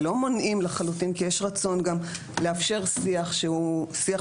הם לא מונעים לחלוטין כי יש רצון גם לאפשר שיח שהוא שיח